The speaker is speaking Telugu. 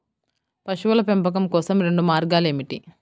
పశువుల పెంపకం కోసం రెండు మార్గాలు ఏమిటీ?